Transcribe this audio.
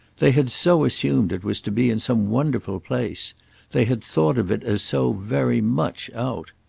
they had so assumed it was to be in some wonderful place they had thought of it as so very much out.